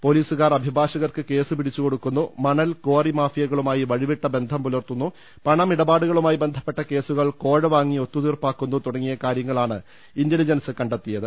പോലീസുകാർ അഭിഭാഷകർക്ക് കേസ് പിടിച്ചുകൊടുക്കുന്നു മണൽ കാറി മാഫിയകളുമായി വഴിവിട്ട ബന്ധം പുലർത്തുന്നു പണമിടപാടുകളുമായി ബന്ധപ്പെട്ട കേസുകൾ കോഴ വാങ്ങി ഒത്തുതീർപ്പാക്കുന്നു തുടങ്ങിയ കാര്യങ്ങളാണ് ഇന്റലിജൻസ് കണ്ടെത്തിയത്